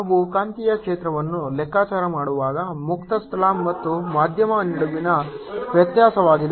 ನಾವು ಕಾಂತೀಯ ಕ್ಷೇತ್ರವನ್ನು ಲೆಕ್ಕಾಚಾರ ಮಾಡುವಾಗ ಮುಕ್ತ ಸ್ಥಳ ಮತ್ತು ಮಾಧ್ಯಮದ ನಡುವಿನ ವ್ಯತ್ಯಾಸವಾಗಿದೆ